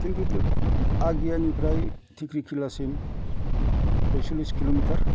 खिन्थु आग्यानिफ्राय थिफ्रिफिलासिम पयचलिस किल'मिटार